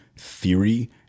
theory